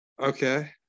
Okay